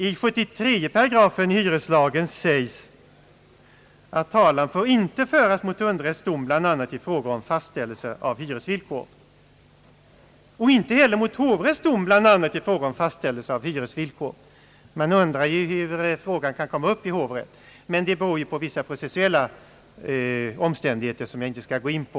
I 73 § hyreslagen sägs att talan inte får föras mot underrätts dom, bl.a. i fråga om fastställelse av hyresvillkor, och inte heller mot hovrätts dom, bl.a. i fråga om fastställelse av hyresvillkor. Man undrar ju hur denna fråga kan komma upp i hovrätt, men det beror på vissa processuella omständigheter som jag inte skall gå närmare in på.